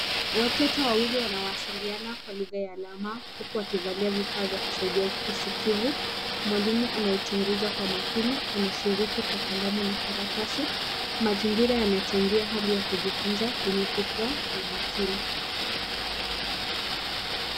Watoto wawili wanawasiliana kwa lugha ya alama huku wakivalia vifaa vya kusaidia usikivu. Mwalimu anayechunguza kwa makini, anashiriki kwa kalamu na karatasi. Mazingira yanachangia hali ya kujifunza yenye fikra na umakini.